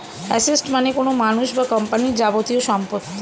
asset মানে কোনো মানুষ বা কোম্পানির যাবতীয় সম্পত্তি